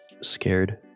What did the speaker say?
scared